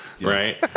right